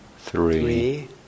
three